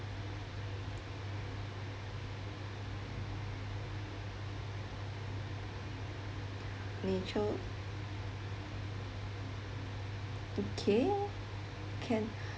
nature okay can